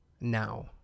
now